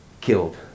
killed